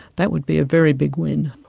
that would be a very big win.